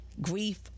grief